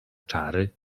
czary